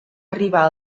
arribar